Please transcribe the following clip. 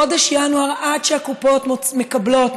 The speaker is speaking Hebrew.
חודש ינואר עד שהקופות מקבלות,